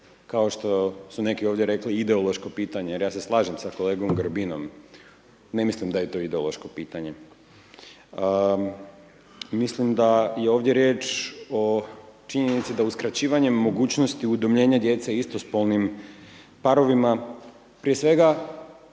kao što su neki ovdje rekli ideološko pitanje jer ja se slažem sa kolegom Grbinom, ne mislim da je to ideološko pitanje. Mislim da je ovdje riječ o činjenici da uskraćivanjem mogućnosti udomljenja djece istospolnim parovima, prije svega,